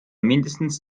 mindestens